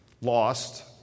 lost